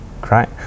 Great